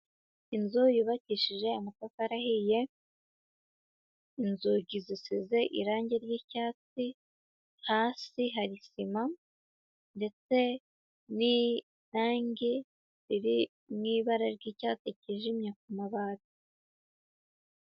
Inzu yubakishije amatafari ahiye, inzugi zisize irange ry'icyatsi, hasi hari sima ndetse n'irange riri mu ibara ry'icyatsi cyijimye ku mabati.